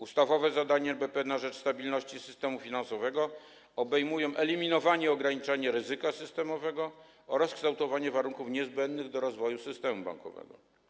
Ustawowe zadanie NBP na rzecz stabilności systemu finansowego obejmuje eliminowanie i ograniczanie ryzyka systemowego oraz kształtowanie warunków niezbędnych do rozwoju systemu bankowego.